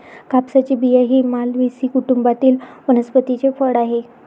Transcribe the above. कापसाचे बिया हे मालवेसी कुटुंबातील वनस्पतीचे फळ आहे